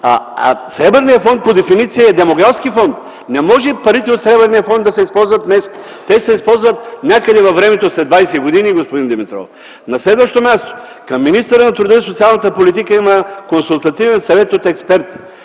А Сребърният фонд по дефиниция е демографски фонд. Не може парите от Сребърния фонд да се използват днес. Те се използват някъде във времето, след 20 години, господин Димитров! На следващо място. Към министъра на труда и социалната политика има Консултативен съвет от експерти